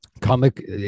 comic